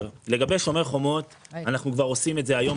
לגבי שומר חומות אנחנו כבר עושים את זה היום.